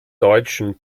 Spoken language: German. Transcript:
deutschen